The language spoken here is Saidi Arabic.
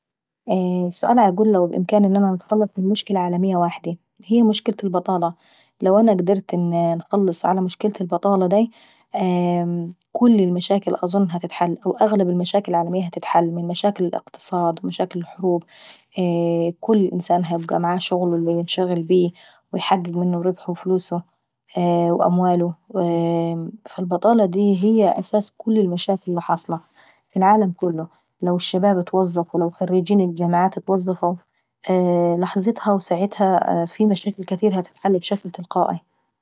السؤال عيقول لو بإمكاني اني نتخلص من مشكلة واحدة، هي مشكلة البطالة. لو انا قدرت ان انا نخلص على مشكلة البطالة داي كل المشاكل اظن هتتحل واغلب المشاكل هتتحل. ومشاكل الاقتصاد ومشاكل الحروب وكل انسان هيبقى معاه شغله اللي هينشغل بيه وفلوسهم واموالهم، فالبطالة داي هي اساس كل المشاكل اللي حاصلة في العالم كله. لو خريجي الجامعات اتوظفوا لحظتها وساعتها مشاكل كاتيرة هتتحل بشكل تلقائي.